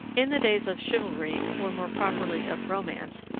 in the days of chivalry, or more properly of romance,